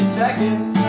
seconds